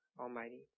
Almighty